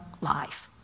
life